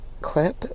clip